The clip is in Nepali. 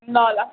ल ल